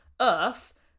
earth